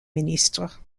ministre